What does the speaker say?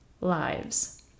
lives